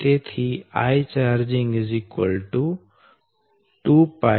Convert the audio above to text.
તેથી Ichg CanVLN 2502